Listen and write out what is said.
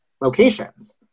locations